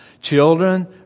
Children